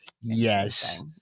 Yes